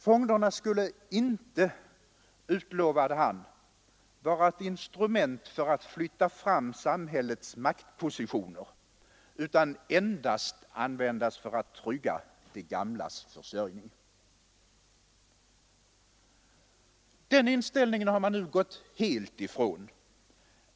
Fonderna skulle inte, utlovade han, vara ett instrument för att flytta fram ”samhällets maktpositioner” utan endast användas för att trygga de gamlas försörjning. Den inställningen har man nu gått helt ifrån.